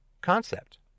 concept